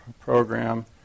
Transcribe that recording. program